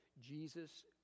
Jesus